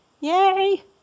Yay